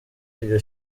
iryo